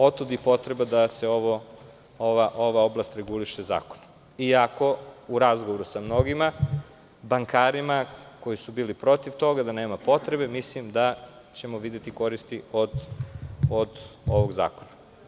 Otud i potreba da se ova oblast reguliše zakonom, iako u razgovoru sa mnogim bankarima koji su bili protiv toga, da nema potrebe, mislim da ćemo videti koristi od ovog zakona.